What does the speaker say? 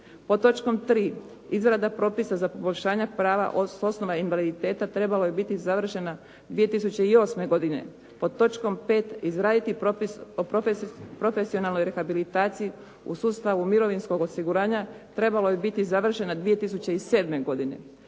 Pod točkom 3.-izrada propisa za poboljšanja prava s osnova invaliditeta trebala je biti završena 2008. godine. Pod točkom 5.-izraditi propis o profesionalnoj rehabilitaciji u sustavu mirovinskog osiguranja trebala je biti završena 2007. godine.